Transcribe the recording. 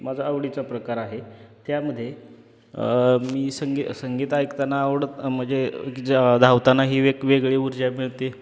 माझा आवडीचा प्रकार आहे त्यामध्ये मी संगीत संगीत ऐकताना आवडत म्हणजे ज धावताना ही एक वेगळी ऊर्जा मिळते